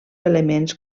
elements